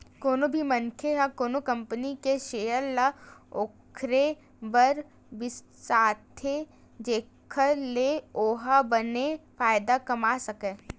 कोनो भी मनखे ह कोनो कंपनी के सेयर ल ओखरे बर बिसाथे जेखर ले ओहा बने फायदा कमा सकय